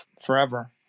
forever